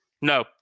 No